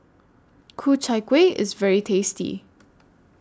Ku Chai Kueh IS very tasty